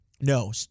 No